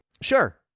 Sure